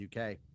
UK